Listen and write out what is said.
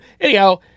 anyhow